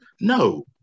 No